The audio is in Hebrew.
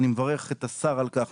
אני מברך את השר על כך,